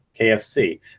KFC